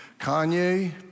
Kanye